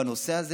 בנושא הזה,